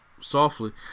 softly